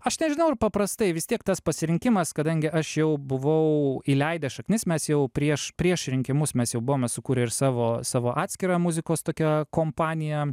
aš nežinau ar paprastai vis tiek tas pasirinkimas kadangi aš jau buvau įleidęs šaknis mes jau prieš prieš rinkimus mes jau buvome sukūrę ir savo savo atskirą muzikos tokią kompaniją